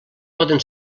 poden